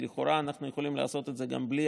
לכאורה אנחנו יכולים לעשות את זה גם בלי